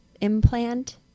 implant